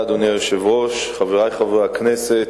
אדוני היושב-ראש, תודה, חברי חברי הכנסת,